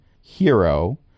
Hero